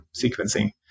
sequencing